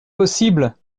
possible